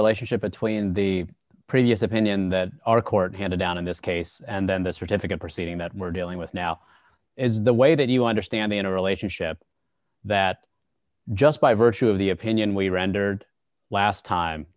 relationship between the previous opinion that our court handed down in this case and then the certificate proceeding that we're dealing with now is the way that you understand in a relationship that just by virtue of the opinion we rendered last time